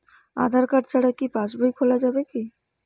আধার card ছাড়া কি পাসবই খোলা যাবে কি?